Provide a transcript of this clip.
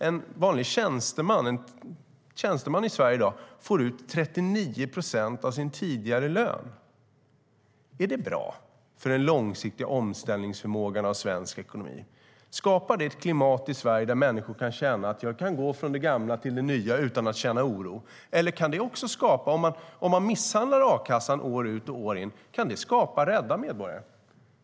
En vanlig tjänsteman i Sverige i dag får ut 39 procent av sin tidigare lön. Är det bra för en långsiktig omställningsförmåga i svensk ekonomi? Skapar det ett klimat i Sverige där människor kan känna att de kan gå från det gamla till det nya utan att känna oro? Om man misshandlar a-kassan år ut och år in, kan det då skapa rädda medborgare?